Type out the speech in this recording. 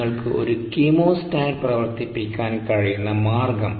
നിങ്ങൾക്ക് ഒരു കീമോസ്റ്റാറ്റ് പ്രവർത്തിപ്പിക്കാൻ കഴിയുന്ന മാർഗം